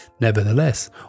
Nevertheless